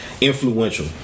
influential